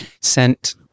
sent